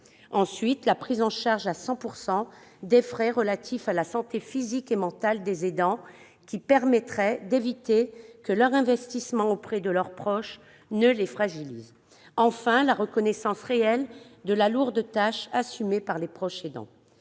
aussi de la prise en charge à 100 % des frais relatifs à la santé physique et mentale des aidants, qui permettrait d'éviter que leur investissement auprès de leurs proches ne les fragilise, ou encore de la reconnaissance réelle de la lourde tâche assumée par les proches aidants.